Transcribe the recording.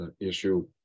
issue